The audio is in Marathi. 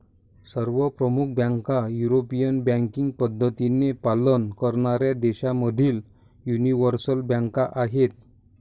सर्व प्रमुख बँका युरोपियन बँकिंग पद्धतींचे पालन करणाऱ्या देशांमधील यूनिवर्सल बँका आहेत